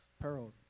perils